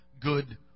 good